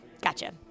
gotcha